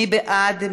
מי בעד?